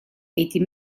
этим